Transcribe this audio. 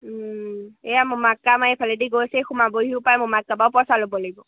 এইয়া মমাক কাম মাৰ এইফালেদি গৈছে সোমাবহিও পৰা মমাক কাপ পৰা পইচা ল'ব লাগিব